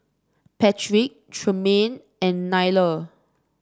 Patric Tremaine and Nyla